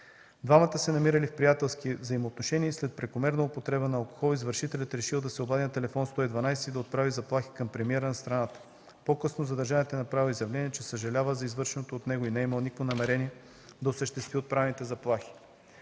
Двамата се намирали в приятелски отношения и след прекомерна употреба на алкохол извършителят решил да се обади на телефон 112 и да отправи заплахи към премиера на страната. По-късно задържаният е направил изявление, че съжалява за извършеното от него и не е имал никакво намерение да осъществи отправените заплахи.